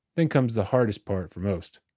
then comes the hardest part for most.